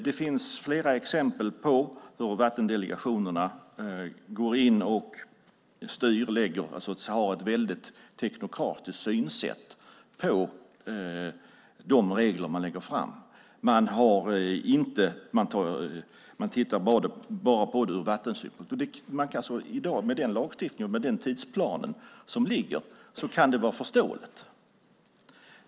Det finns flera exempel på hur vattendelegationerna har ett väldigt teknokratiskt synsätt på de regler man lägger fram. Man tittar bara på det ur vattensypunkt. Med den lagstiftning som finns och den tidsplan som ligger kan det vara förståeligt.